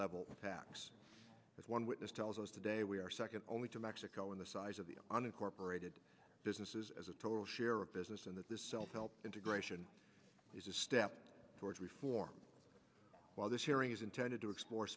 level tax as one witness tells us today we are second only to mexico and the size of the unincorporated businesses as a total share of business in the self help integration is a step towards reform while this hearing is intended to explore